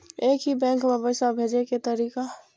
एक ही बैंक मे पैसा भेजे के तरीका?